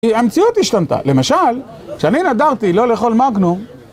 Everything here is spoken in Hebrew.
המציאות השתנתה, למשל, כשאני נדרתי לא לכל מגנום